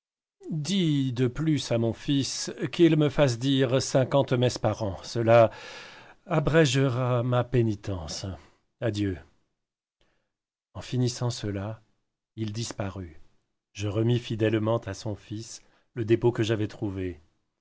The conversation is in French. de plus à mon fils qu'il me fasse dire cinquante messes par an cela abrégera ma pénitence adieu en finissant cela il disparut je remis fidèlement à son fils le dépôt que j'avais trouvé